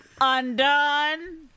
undone